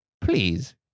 Please